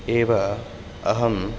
एव अहं